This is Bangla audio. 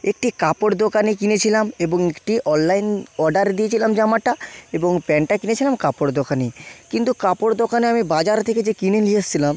একটি কাপড় দোকানে কিনেছিলাম এবং একটি অনলাইন অর্ডার দিয়েছিলাম জামাটা এবং প্যান্টটা কিনেছিলাম কাপড় দোকানে কিন্তু কাপড় দোকানে আমি বাজার থেকে যে কিনে নিয়ে এসেছিলাম